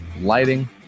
lighting